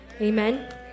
amen